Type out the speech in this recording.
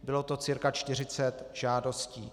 Bylo to cirka 40 žádostí.